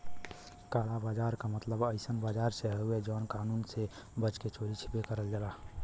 काला बाजार क मतलब अइसन बाजार से हउवे जौन कानून से बच के चोरी छिपे करल जाला